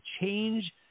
change